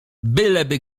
byleby